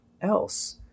else